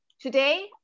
Today